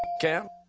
cam?